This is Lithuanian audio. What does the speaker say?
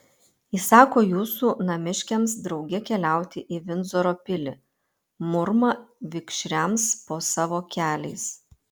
įsako jūsų namiškiams drauge keliauti į vindzoro pilį murma vikšriams po savo keliais